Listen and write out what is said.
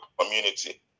community